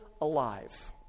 alive